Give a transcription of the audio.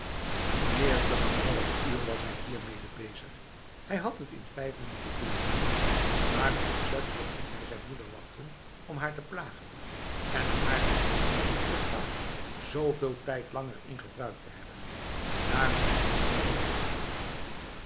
meer dan een half uur was hij hiermede bezig hij had het in vijf minuten kunnen doen maar opzettelijk liet hij zijn moeder wachten om haar te plagen en om haar te dwingen de kar zoveel tijd langer in gebruik te hebben daar moest ze dan meer voor betalen